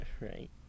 right